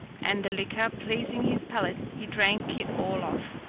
and the liquor pleasing his palate, he drank it all off.